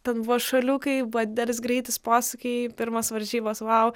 ten buvo šalių kai buvo didelis greitis posūkiai pirmas varžybas vau